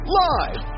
live